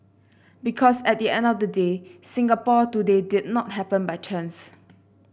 because at the end of the day Singapore today did not happen by chance